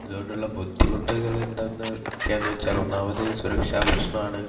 അതുകൊണ്ടുള്ള ബുദ്ധിമുട്ടുകൾ എന്തൊന്ന് ഒക്കെയാന്ന് വെച്ചാല് ഒന്നാമത് സുരക്ഷ പ്രശ്നമാണ്